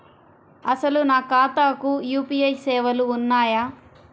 అసలు నా ఖాతాకు యూ.పీ.ఐ సేవలు ఉన్నాయా?